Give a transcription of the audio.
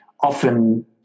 often